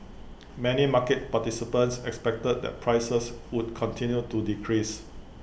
many market participants expected that prices would continue to decrease